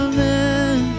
Amen